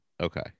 okay